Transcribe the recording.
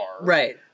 Right